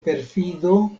perfido